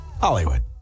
Hollywood